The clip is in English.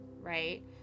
right